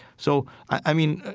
so, i mean,